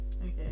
Okay